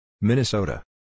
Minnesota